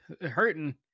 hurting